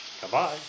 Goodbye